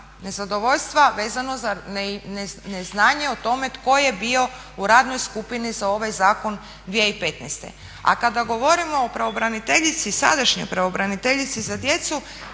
nezadovoljstva vezano za neznanje o tome tko je bio u radnoj skupini za ovaj zakon 2015. A kada govorimo o pravobraniteljici, sadašnjoj pravobraniteljici za djecu,